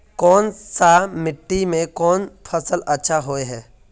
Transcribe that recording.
कोन सा मिट्टी में कोन फसल अच्छा होय है?